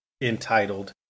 entitled